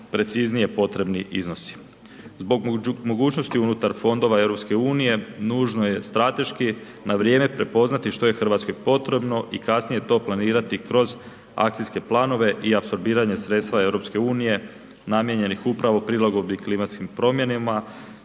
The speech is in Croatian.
preciznije potrebni iznosi. Zbog mogućnosti unutar Fondova Europske unije nužno je strateški na vrijeme prepoznati što je Hrvatskoj potrebno i kasnije to planirati kroz Akcijske planove i apsorbiranje sredstva Europske unije namijenjenih upravo prilagodbi klimatskim promjenama,